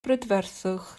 brydferthwch